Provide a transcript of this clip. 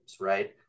right